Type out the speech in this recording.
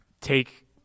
take